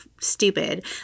stupid